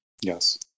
Yes